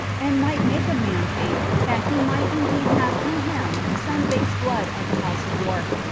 and might make a man think that he might indeed have in him some base blood of the house of york,